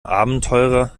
abenteurer